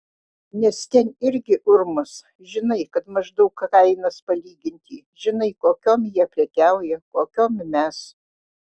nes ten irgi urmas žinai kad maždaug kainas palyginti žinai kokiom jie prekiauja kokiom mes